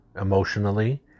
emotionally